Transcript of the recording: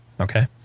okay